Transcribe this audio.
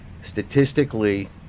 Statistically